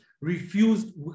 refused